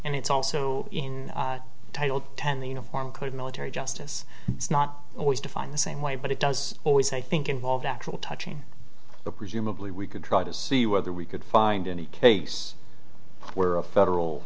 and it's also in title ten the uniform code of military justice is not always defined the same way but it does always i think involved actual touching the presumably we could try to see whether we could find any case where a federal